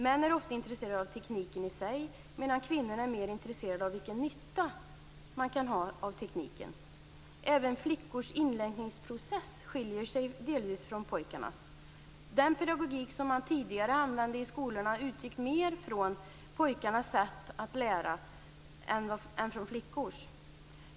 Män är ofta intresserade av tekniken i sig, medan kvinnor är mer intresserade av vilken nytta man kan ha av tekniken. Även flickornas inlärningsprocess skiljer sig delvis från pojkarnas. Den pedagogik som man tidigare använde i skolorna utgick mer från pojkarnas sätt att lära än från flickornas.